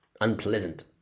unpleasant